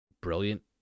brilliant